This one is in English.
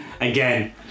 Again